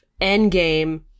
Endgame